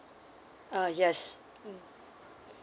uh yes mm